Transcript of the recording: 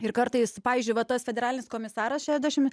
ir kartais pavyzdžiui va tas federalinis komisaras šešiasdešim